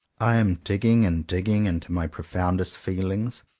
i am digging and digging into my profoundest feelings,